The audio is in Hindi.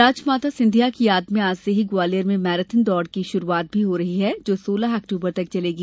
राजमाता सिंधिया की याद में आज से ही ग्वालियर में मैराथन दौड़ की शुरुआत भी हो रही है जो सोलह अक्टूबर चलेगी